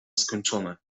skończone